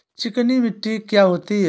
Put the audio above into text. चिकनी मिट्टी क्या होती है?